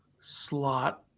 slot